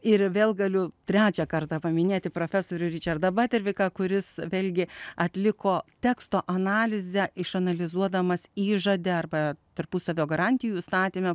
ir vėl galiu trečią kartą paminėti profesorių ričardą baterviką kuris vėlgi atliko teksto analizę išanalizuodamas įžade arba tarpusavio garantijų įstatyme